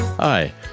Hi